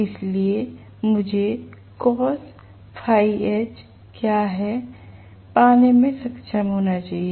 इसलिए मुझे क्या हैपाने में सक्षम होना चाहिए